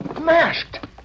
Masked